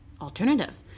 alternative